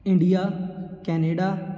India Canada